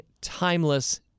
timeless